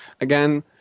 Again